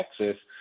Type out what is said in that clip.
Texas